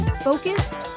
focused